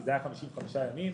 זה היה 55 ימים.